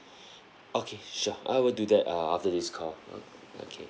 okay sure I will do that uh after this call oh okay